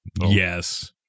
Yes